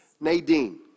Nadine